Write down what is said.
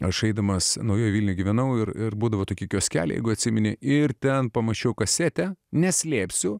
aš eidamas naujoj vilnioj gyvenau ir ir būdavo tokie kioskeliai jeigu atsimeni ir ten pamačiau kasetę neslėpsiu